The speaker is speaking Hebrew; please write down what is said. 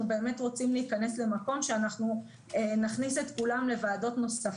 באמת רוצים להיכנס למקום שאנחנו נכניס את כולם לוועדות נוספות.